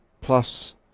plus